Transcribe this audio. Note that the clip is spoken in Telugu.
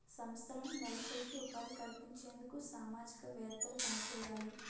సంస్థలను నెలకొల్పి ఉపాధి కల్పించేందుకు సామాజికవేత్తలు పనిచేయాలి